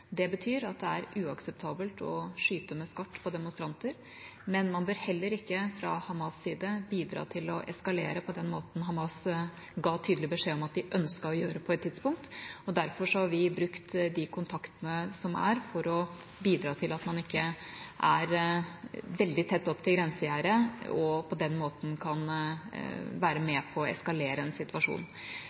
Det betyr at det er uakseptabelt å skyte med skarpt på demonstranter, men man bør heller ikke fra Hamas’ side bidra til å eskalere på den måten Hamas ga tydelig beskjed om at de ønsket å gjøre på et tidspunkt. Derfor har vi brukt de kontaktene som er, for å bidra til at man ikke er veldig tett opp til grensegjerdet, og på den måten kan være med på å eskalere en situasjon.